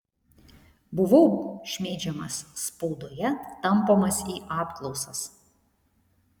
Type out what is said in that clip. buvau šmeižiamas spaudoje tampomas į apklausas